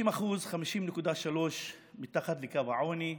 50.3% מתחת לקו העוני,